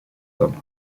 hommes